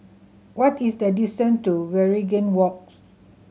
what is the distant to Waringin Walks